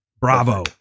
Bravo